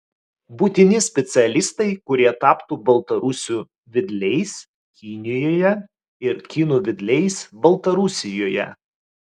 būtini specialistai kurie taptų baltarusių vedliais kinijoje ir kinų vedliais baltarusijoje